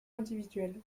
individuel